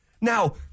Now